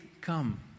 Come